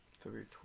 February